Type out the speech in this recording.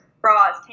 bras